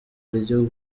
ryo